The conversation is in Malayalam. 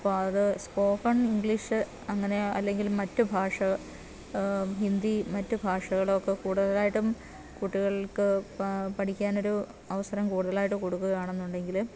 അപ്പോൾ അത് സ്പോക്കൺ ഇംഗ്ലീഷ് അങ്ങനെ അല്ലെങ്കിൽ മറ്റ് ഭാഷ ഹിന്ദി മറ്റു ഭാഷകള് ഒക്കെ കൂടുതലായിട്ടും കുട്ടികൾക്ക് പഠിക്കാൻ ഒരു അവസരം കൂടുതലായിട്ട് കൊടുക്കുകയാണെന്ന് ഉണ്ടെങ്കിൽ